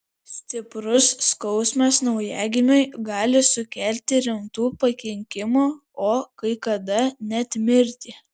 stiprus skausmas naujagimiui gali sukelti rimtų pakenkimų o kai kada net mirtį